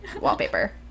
wallpaper